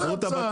אז אומר האוצר,